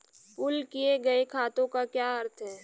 Pool किए गए खातों का क्या अर्थ है?